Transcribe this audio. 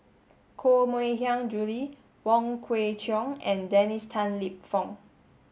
Koh Mui Hiang Julie Wong Kwei Cheong and Dennis Tan Lip Fong